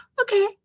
okay